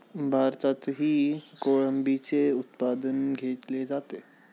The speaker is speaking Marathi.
भारतातही कोळंबीचे उत्पादन घेतले जाते